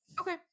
Okay